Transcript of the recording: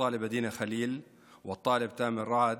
הסטודנטית דינה ח'ליל ולהורי הסטודנט תאמר רעד.